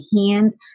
hands